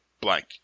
blank